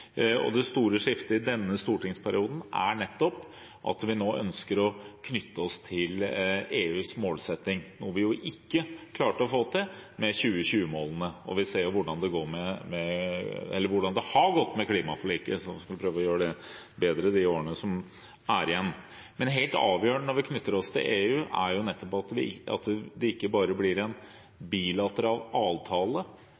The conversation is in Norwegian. til. Det store skiftet i denne stortingsperioden er nettopp at vi nå ønsker å knytte oss til EUs målsetting, noe vi ikke klarte å få til med 2020-målene, og vi ser jo hvordan det har gått med klimaforliket. Vi får prøve å gjøre det bedre de årene som er igjen. Men helt avgjørende når vi knytter oss til EU, er nettopp at det ikke bare blir